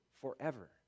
forever